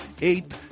Eight